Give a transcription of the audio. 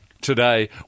Today